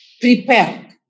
prepare